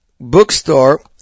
Bookstore